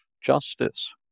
justice